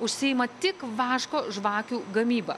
užsiima tik vaško žvakių gamyba